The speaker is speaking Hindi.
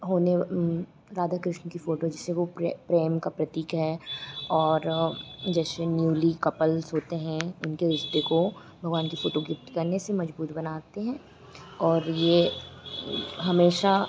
होने राधा कृष्ण की फ़ोटो जिससे वे प्रेम का प्रतीक है और जैसे न्यूली कपल्स होते हैं उनके रिश्ते को भगवान की फ़ोटो गिफ़्ट करने से मज़बूत बनाती हैं और यह हमेशा